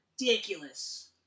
ridiculous